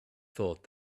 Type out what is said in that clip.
thought